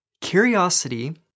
Curiosity